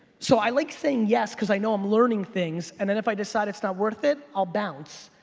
so i like saying yes cause i know i'm learning things and then if i decide it's not worth it, i'll bounce.